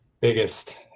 biggest